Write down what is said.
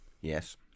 yes